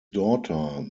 daughter